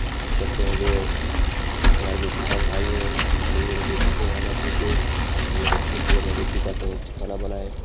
कोशिश करते हैं जो हमारे जो किसान भाई हैं मारी हुई मवेशी को यहाँ ना फेंके कहीं एक एक जगह मवेशी का कहीं ठिकाना बनाए